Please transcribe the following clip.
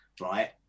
right